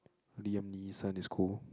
Liam-Neeson is cool